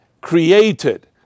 created